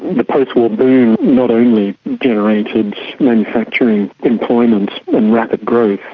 the post-war boom not only generated manufacturing employment and rapid growth,